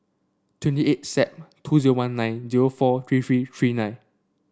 twenty eight Sep two zero one nine zero four three three three nine